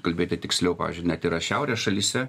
kalbėti tiksliau pavyzdžiui net yra šiaurės šalyse